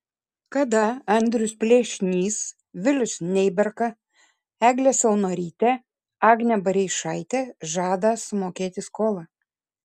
kada andrius plėšnys vilius neiberka eglė saunorytė agnė bareišaitė žada sumokėti skolą